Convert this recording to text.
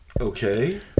Okay